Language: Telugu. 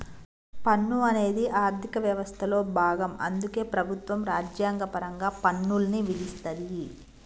పన్ను అనేది ఆర్థిక వ్యవస్థలో భాగం అందుకే ప్రభుత్వం రాజ్యాంగపరంగా పన్నుల్ని విధిస్తది